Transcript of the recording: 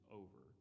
over